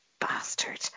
bastard